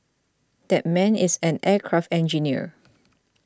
that man is an aircraft engineer